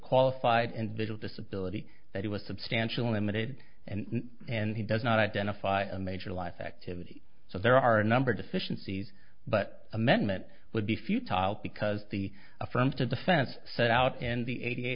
qualified individual disability that he was substantially emitted and and he does not identify a major life activity so there are a number deficiencies but amendment would be futile because the affirmative defense set out and the